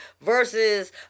versus